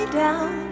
down